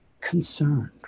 concerned